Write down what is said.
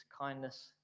kindness